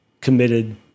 committed